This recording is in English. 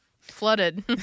Flooded